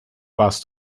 warst